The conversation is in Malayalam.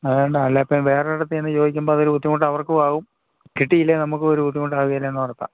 വേണ്ട അല്ല ഇപ്പോള് വേറൊരിടത്ത് ചെന്നു ചോദിക്കുമ്പോള് അതൊരു ബുദ്ധിമുട്ട് അവർക്കും ആകും കിട്ടിയില്ലെങ്കില് നമുക്കും ഒരു ബുദ്ധിമുട്ടാകുകേലേ എന്നോർത്താണ്